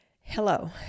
Hello